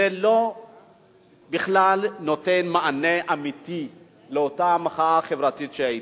זה לא נותן בכלל מענה אמיתי לאותה מחאה חברתית שהיתה.